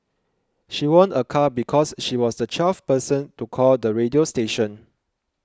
she won a car because she was the twelfth person to call the radio station